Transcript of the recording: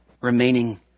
remaining